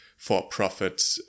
for-profit